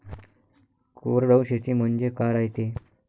कोरडवाहू शेती म्हनजे का रायते?